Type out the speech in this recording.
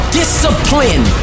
discipline